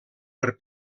per